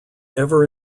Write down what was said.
ever